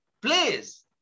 please